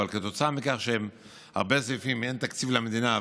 אבל בגלל שבהרבה סעיפים אין תקציב למדינה,